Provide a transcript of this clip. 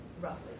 Roughly